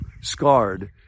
scarred